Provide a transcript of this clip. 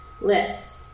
list